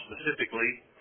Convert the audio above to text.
specifically